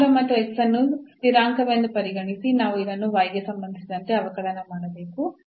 ಮತ್ತು ಅನ್ನು ಸ್ಥಿರಾಂಕವೆಂದು ಪರಿಗಣಿಸಿ ನಾವು ಇದನ್ನು ಗೆ ಸಂಬಂಧಿಸಿದಂತೆ ಅವಕಲನ ಮಾಡಬೇಕು